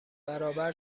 برابر